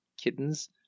Kittens